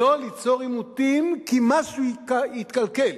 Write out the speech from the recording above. לא ליצור עימותים, כי משהו יתקלקל.